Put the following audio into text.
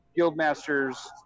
Guildmasters